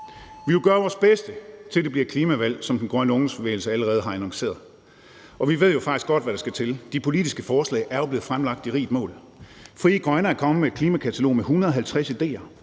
vil gøre vores bedste for, at det bliver et klimavalg, som den grønne ungdomsbevægelse allerede har annonceret, og vi ved jo faktisk godt, hvad der skal til. De politiske forslag er jo blevet fremlagt i rigt mål. Frie Grønne er kommet med et klimakatalog med 150 idéer: